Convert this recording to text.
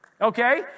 Okay